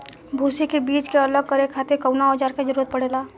भूसी से बीज के अलग करे खातिर कउना औजार क जरूरत पड़ेला?